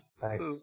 Thanks